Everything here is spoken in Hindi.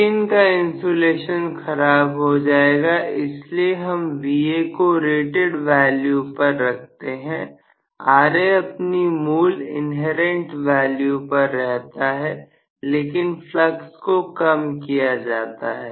मशीन का इंसुलेशन खराब हो जाएगा इसलिए हम Va को रेटेड वैल्यू पर रखते हैं Ra अपनी मूल इन्हेरेंट वैल्यू पर रहता है लेकिन फ्लक्स को कम किया जाता है